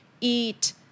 eat